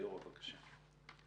ליאורה, בבקשה.